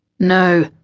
No